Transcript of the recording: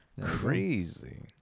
Crazy